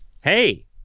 hey